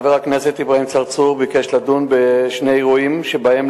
חבר הכנסת אברהים צרצור ביקש לדון בשני אירועים שבהם,